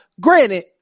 granted